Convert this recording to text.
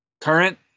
current